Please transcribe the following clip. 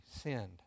sinned